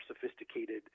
sophisticated